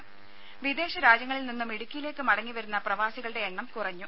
രുമ വിദേശ രാജ്യങ്ങളിൽ നിന്നും ഇടുക്കിയിലേക്ക് മടങ്ങി വരുന്ന പ്രവാസികളുടെ എണ്ണം കുറഞ്ഞു